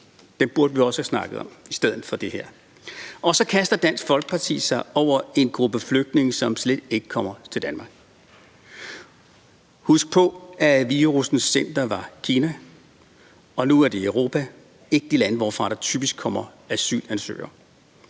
burde vi også have snakket om i stedet for det her. Og så kaster Dansk Folkeparti sig over en gruppe flygtninge, som slet ikke kommer til Danmark. Husk på, at virussens center var Kina, og nu er det Europa – ikke de lande, hvorfra der typisk kommer asylansøgere.